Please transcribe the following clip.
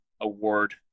award